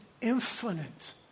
infinite